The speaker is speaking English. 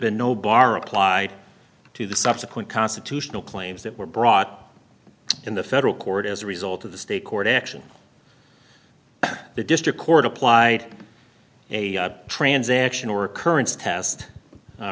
been no bar applied to the subsequent constitutional claims that were brought in the federal court as a result of the state court action the district court applied a transaction or occurrence test